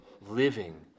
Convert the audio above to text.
living